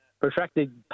protracted